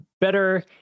better